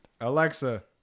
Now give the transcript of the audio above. Alexa